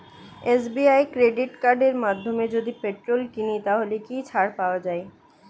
SBI credit কার্ডের মাধ্যমে যদি পেট্রোল কিনি তাহলে কি ছাড় পাওয়া যায়?